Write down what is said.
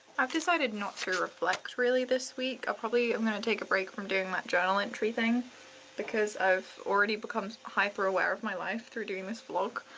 i've decided not to reflect really this week i probably am gonna take a break from doing that journal entry thing because i've already become hyper aware of my life through doing this vlog.